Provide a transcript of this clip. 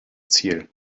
ziel